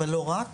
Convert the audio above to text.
אבל לא רק.